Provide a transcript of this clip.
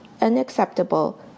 unacceptable